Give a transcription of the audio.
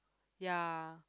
ya